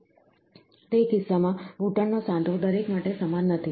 તેથી તે કિસ્સામાં ઘૂંટણનો સાંધો દરેક માટે સમાન નથી